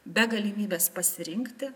be galimybės pasirinkti